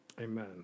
amen